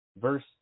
verse